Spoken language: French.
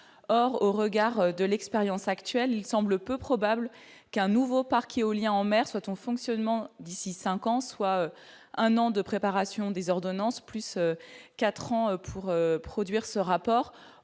or au regard de l'expérience actuelle, il semble peu probable qu'un nouveau parc éolien en mer, soit en fonctionnement d'ici 5 ans, soit un an de préparation des ordonnances, plus 4 ans pour produire ce rapport,